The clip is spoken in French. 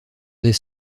des